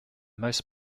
most